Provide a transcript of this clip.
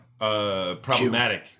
Problematic